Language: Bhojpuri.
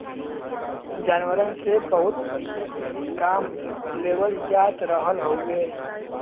जानवरन से बहुत पहिले से ही काम लेवल जात रहल हउवे